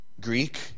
Greek